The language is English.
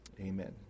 Amen